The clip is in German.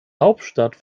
hauptstadt